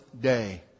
day